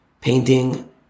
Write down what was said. Painting